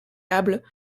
remarquable